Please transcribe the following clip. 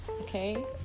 okay